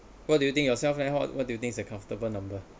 what do you think yourself then what do you think it's a comfortable number